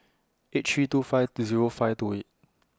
eight three two five Zero five two eight